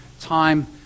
time